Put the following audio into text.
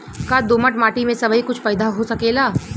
का दोमट माटी में सबही कुछ पैदा हो सकेला?